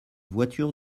voiture